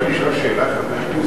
אפשר לשאול שאלה, חבר הכנסת אריאל?